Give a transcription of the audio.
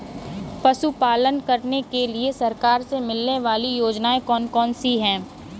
पशु पालन करने के लिए सरकार से मिलने वाली योजनाएँ कौन कौन सी हैं?